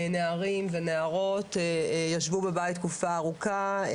נערים ונערות ישבו בבית תקופה ארוכה,